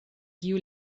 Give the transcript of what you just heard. kiu